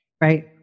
Right